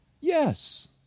Yes